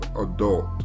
adult